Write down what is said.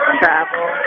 travel